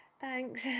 Thanks